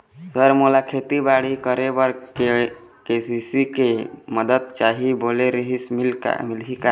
Sir मोला खेतीबाड़ी करेबर के.सी.सी के मंदत चाही बोले रीहिस मिलही का?